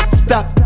stop